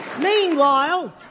Meanwhile